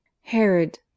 Herod